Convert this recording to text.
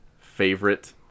favorite